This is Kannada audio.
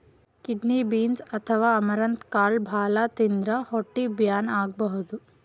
ಕಿಡ್ನಿ ಬೀನ್ಸ್ ಅಥವಾ ಅಮರಂತ್ ಕಾಳ್ ಭಾಳ್ ತಿಂದ್ರ್ ಹೊಟ್ಟಿ ಬ್ಯಾನಿ ಆಗಬಹುದ್